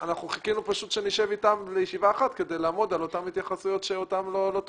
חיכינו שנשב אתם לישיבה אחת כדי לעמוד על אותן התייחסויות שלא טופלו.